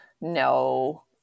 no